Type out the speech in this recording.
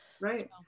Right